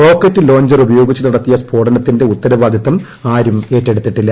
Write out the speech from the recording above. rocket launcher ഉപയോഗിച്ച് നടത്തിയ സ്ഫോടനത്തിന്റെ ഉത്തരവാദിത്തം ആരും ഏറ്റെടുത്തിട്ടില്ല